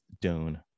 Dune